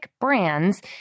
brands